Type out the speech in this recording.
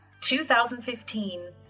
2015